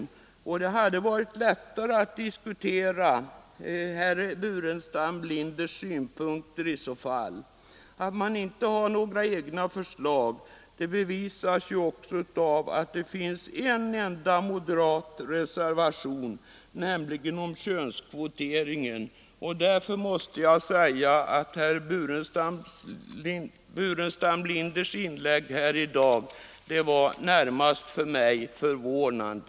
Om så varit fallet hade det varit lättare att diskutera herr Burenstam Linders synpunkter. Att man inte har några egna förslag bevisas också av att det finns en enda moderat reservation, nämligen den om könskvoteringen. Jag måste därför säga att herr Burenstam Linders inlägg här i dag var mycket förvånande för de flesta av oss som lyssnade.